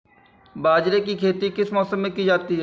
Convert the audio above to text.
बाजरे की खेती किस मौसम में की जाती है?